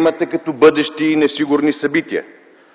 мерки като бъдещи и несигурни събития.